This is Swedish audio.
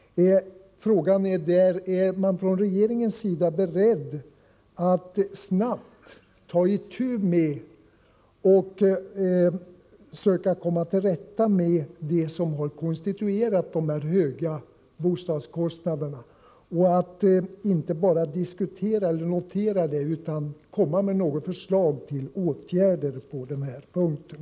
Frågan är: Är man från regeringens sida beredd att snabbt ta itu med och söka komma till rätta med det som har konstituerat dessa höga bostadskostnader — inte bara diskutera eller notera detta, utan komma med något förslag till åtgärder på den punkten?